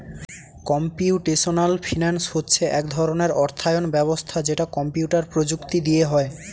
computational finance হচ্ছে এক ধরণের অর্থায়ন ব্যবস্থা যেটা কম্পিউটার প্রযুক্তি দিয়ে হয়